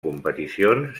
competicions